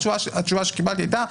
התשובה שקיבלתי הייתה: